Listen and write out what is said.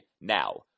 now